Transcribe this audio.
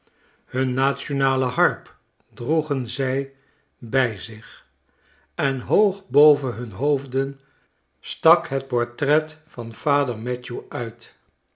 hun nationale harp droegen zij bij zich en hoog boven hun hoofden stak hun portret van vader matthew uit